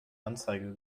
anzeige